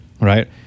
Right